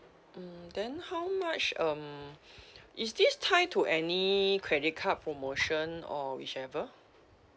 hmm then how much um is this tied to any credit card promotion or whichever